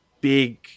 big